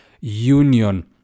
union